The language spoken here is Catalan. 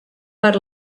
per